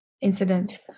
incidents